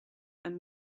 and